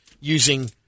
using –